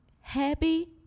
happy